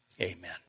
Amen